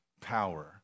power